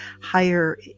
higher